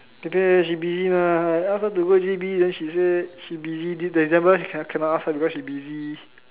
Pei-Pei she busy lah I ask her to go J_B then she say she busy December can cannot ask her because she busy